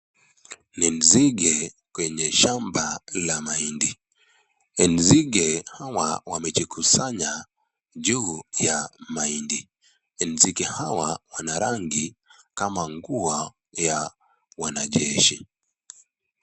Ni nzige kwenye shamba la mahindi. Enzige hawa wamejikusanya juu ya mahindi. Enzige hawa wanarangi kama nguo ya wanajeshi.